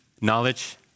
knowledge